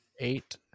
eight